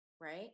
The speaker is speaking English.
right